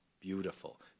beautiful